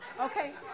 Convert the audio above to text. Okay